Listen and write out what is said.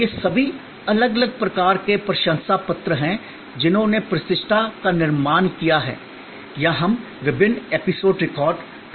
ये सभी अलग अलग प्रकार के प्रशंसापत्र हैं जिन्होंने प्रतिष्ठा का निर्माण किया है या हम विभिन्न एपिसोड रिकॉर्ड कर सकते हैं